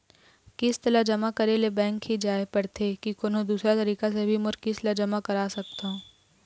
किस्त ला जमा करे ले बैंक ही जाए ला पड़ते कि कोन्हो दूसरा तरीका से भी मोर किस्त ला जमा करा सकत हो?